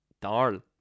Darl